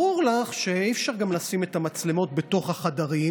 ברור לך שאי-אפשר לשים את המצלמות גם בתוך החדרים,